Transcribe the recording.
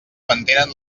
mantenen